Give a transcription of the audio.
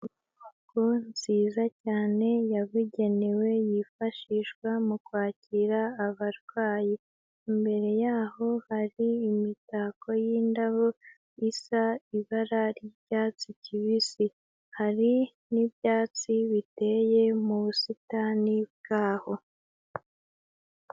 Inyubako nziza cyane yabugenewe yifashishwa mu kwakira abarwayi, imbere yaho hari imitako yindabo isa ibara ry'icyatsi kibisi, hari n'ibyatsi biteye mu busitani bwaho.